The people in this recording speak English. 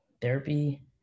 Therapy